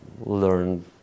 learn